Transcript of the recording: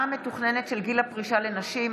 בנושא: השבת שעות הטיפול לתלמידי המוכש"ר והעברת מתווה